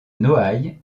noailles